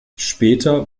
später